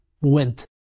went